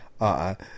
-uh